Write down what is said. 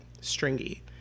stringy